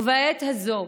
ובעת הזו,